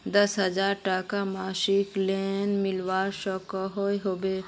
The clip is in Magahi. दस हजार टकार मासिक लोन मिलवा सकोहो होबे?